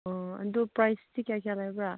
ꯑꯥ ꯑꯗꯨ ꯄ꯭ꯔꯥꯏꯖꯇꯤ ꯀꯌꯥ ꯀꯌꯥ ꯂꯩꯕ꯭ꯔꯥ